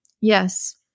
Yes